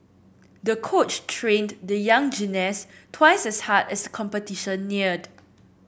the coach trained the young gymnast twice as hard as the competition neared